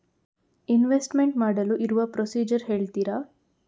Investment ಮಾಡಲು ಇರುವ procedure ಹೇಳ್ತೀರಾ?